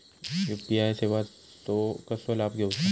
UPI सेवाचो कसो लाभ घेवचो?